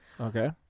Okay